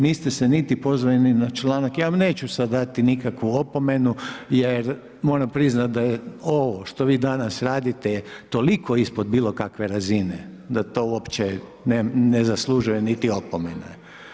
Niste se niti pozvali ni na članak, ja vam neću sada dati nikakvu opomenu jer moram priznati da je ovo što vi danas radite je toliko ispod bilo kakve razine, da to uopće ne zaslužuje niti opomene.